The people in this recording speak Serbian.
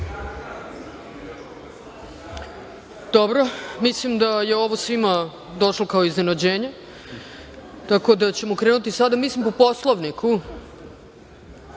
Dobro. Mislim da je ovo svima došlo kao iznenađenje tako da ćemo krenuti sada, mislim po Poslovniku.